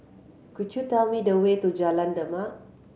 could you tell me the way to Jalan Demak